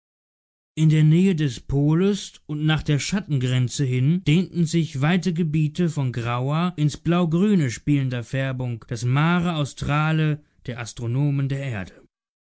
in der nähe des poles und nach der schattengrenze hin dehnten sich weite gebiete von grauer ins blaugrüne spielender färbung das mare australe der astronomen der erde